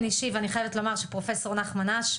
אישי ואני חייבת לומר שפרופסור נחמן אש,